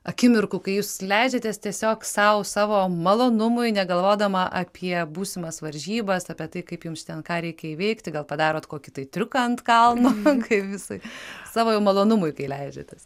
akimirkų kai jūs leidžiatės tiesiog sau savo malonumui negalvodama apie būsimas varžybas apie tai kaip jums ten ką reikia įveikti gal padarot kokį triuką ant kalno kai visai savo malonumui kai leidžiatės